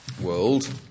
World